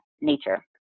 nature